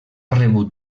rebut